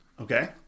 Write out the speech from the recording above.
Okay